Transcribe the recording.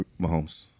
Mahomes